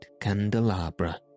candelabra